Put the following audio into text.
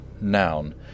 Noun